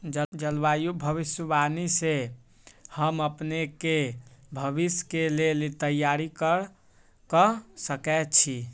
जलवायु भविष्यवाणी से हम अपने के भविष्य के लेल तइयार कऽ सकै छी